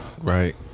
right